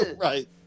right